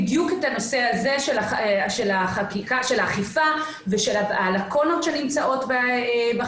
לכות על החקיקה וגם את ההשלכות על